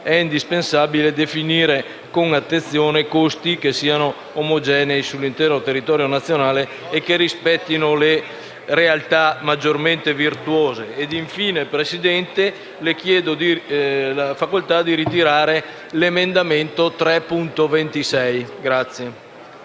indispensabile definire con attenzione costi che siano omogenei sull'intero territorio nazionale e che rispettino le realtà maggiormente virtuose. Infine, signora Presidente, ritiro l'emendamento 3.26.